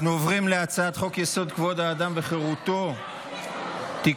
אנחנו עוברים להצעת חוק-יסוד: כבוד האדם וחירותו (תיקון,